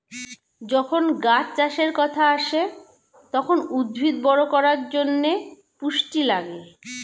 যখন গাছ চাষের কথা আসে, তখন উদ্ভিদ বড় করার জন্যে পুষ্টি লাগে